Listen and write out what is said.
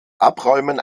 abräumen